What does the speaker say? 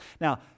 Now